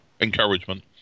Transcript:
Encouragement